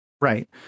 right